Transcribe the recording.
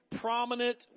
prominent